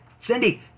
Cindy